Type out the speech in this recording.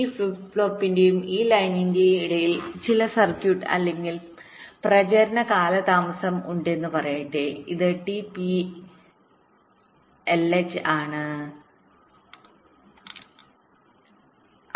ഈ ഫ്ലിപ്പ് ഫ്ലോപ്പിന്റെയും ഈ ലൈനിന്റെയും ഇടയിൽ ചില സർക്യൂട്ട് അല്ലെങ്കിൽ പ്രചരണ കാലതാമസം ഉണ്ടെന്ന് പറയട്ടെ ഇത് t p lh ആണ് ഇത് t p lh ആണെന്ന് കരുതുക